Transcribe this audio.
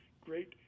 great